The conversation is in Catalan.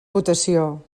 votació